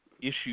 issue